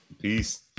Peace